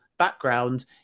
background